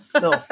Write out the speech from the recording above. No